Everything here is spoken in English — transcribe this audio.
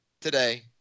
today